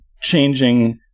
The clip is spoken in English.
changing